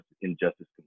injustice